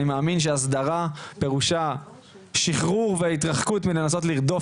אני מאמין שהסדרה פירושה שחרור והתרחקות מלנסות לרדוף